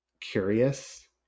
curious